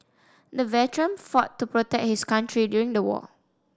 the veteran fought to protect his country during the war